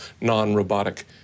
non-robotic